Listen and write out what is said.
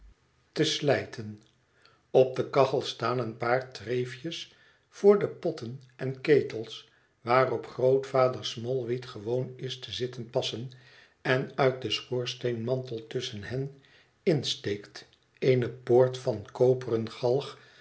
te slijten op de kachel staan een paar treeft es voor de potten en ketels waarop grootvader smallweed gewoon is te zitten passen en uit den schoorsteenmantel tusschen hen in steekt eene soort van koperen galg